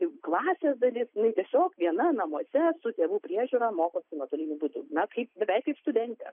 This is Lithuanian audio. klasės dalis jinai tiesiog viena namuose su tėvų priežiūra mokosi nuotoliniu būdu na kaip beveik kaip studentė